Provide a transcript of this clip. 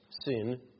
sin